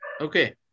Okay